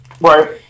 Right